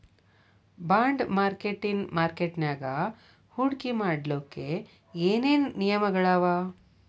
Bond ಮಾರ್ಕೆಟಿನ್ ಮಾರ್ಕಟ್ಯಾಗ ಹೂಡ್ಕಿ ಮಾಡ್ಲೊಕ್ಕೆ ಏನೇನ್ ನಿಯಮಗಳವ?